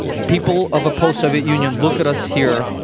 people of a post-soviet union, look at us here.